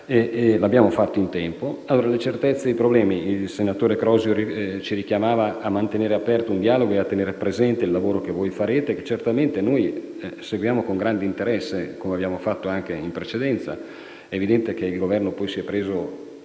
Abbiamo fatto in tempo. Quanto alle certezze e ai problemi, il senatore Crosio ci richiamava a mantenere aperto un dialogo e a tener presente il lavoro che voi farete. Certamente noi lo seguiamo con grande interesse, come abbiamo fatto anche in precedenza. È evidente che poi il Governo ha assunto